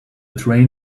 train